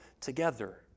together